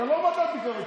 אתם לא ועדת ביקורת